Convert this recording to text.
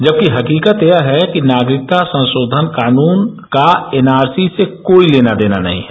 जबकि हकीकत यह है कि नागरिकता संशोधन कानून का एन आर सी से कोई लेना देना नहीं है